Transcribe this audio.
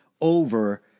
over